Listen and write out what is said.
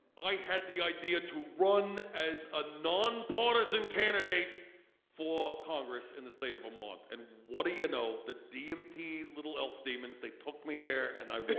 i had the idea to run as a nonpartisan candidate for congress in the state of vermont and what do you know the dmt little elf demons they took me there and i